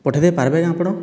ପଠାଇଦେଇ ପାରିବେ କି ଆପଣ